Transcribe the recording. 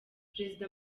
perezida